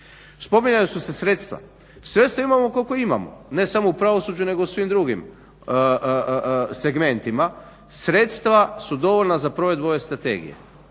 Spominjala su se sredstva. Sredstva imamo koliko imamo, ne samo u pravosuđu nego u svim drugim segmentima. Sredstva su dovoljna za provedbu ove strategije.